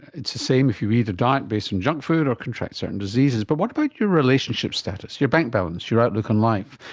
it's the same if you eat a diet based on junk food or contract certain diseases, but what about your relationship status, your bank balance, your outlook on life?